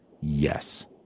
Yes